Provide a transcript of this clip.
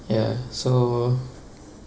ya so